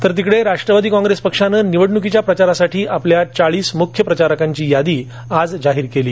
तर तिकडे राष्ट्रवादी कॉग्रेस पक्षानं निवडणुकीच्या प्रचारासाठीआपल्या चाळीस मुख्य प्रचारकांची यादी काल जाहीर केली